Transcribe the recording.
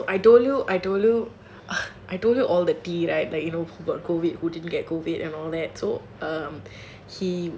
so I told you I told you ugh I told you all the tea right who got COVID who didn't get COVID so he